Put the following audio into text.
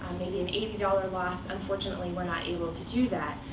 maybe an eighty dollars loss. unfortunately, we're not able to do that.